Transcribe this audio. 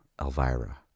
Elvira